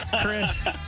Chris